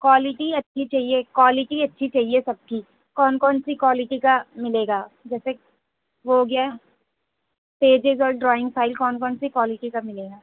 quality اچھی چاہیے quality اچھی چاہیے سب کی کون کون سی کوالیٹی کا ملے گا جیسے وہ ہو گیا پیجز اور ڈرائنگ فائل کون کون سی کوالیٹی کا ملے گا